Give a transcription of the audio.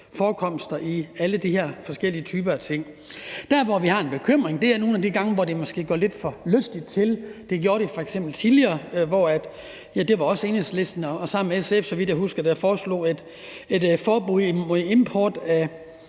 med PFAS i alle de her forskellige ting. Der, hvor vi har en bekymring, er nogle af de gange, hvor det måske går lidt for lystigt til. Det gjorde det f.eks. tidligere, hvor det også var Enhedslisten, der sammen med SF, så vidt jeg husker, foreslog et forbud mod import af